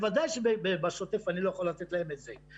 בוודאי שבשוטף אני לא יכול לתת להם את זה.